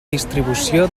distribució